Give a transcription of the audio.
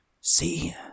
See